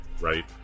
right